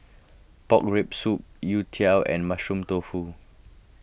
Pork Rib Soup Youtiao and Mushroom Tofu